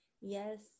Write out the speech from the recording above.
yes